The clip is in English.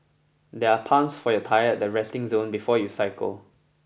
there are pumps for your tyres at the resting zone before you cycle